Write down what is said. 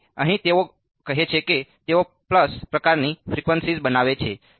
તેથી અહીં તેઓ કહે છે કે તેઓ પલ્સ પ્રકારની ફ્રીક્વન્સીઝ બનાવે છે